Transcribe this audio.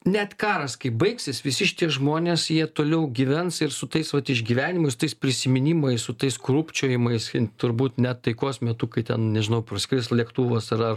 net karas kai baigsis visi šitie žmonės jie toliau gyvens ir su tais vat išgyvenimais tais prisiminimais su tais krūpčiojimais turbūt net taikos metu kai ten nežinau praskris lėktuvas ar ar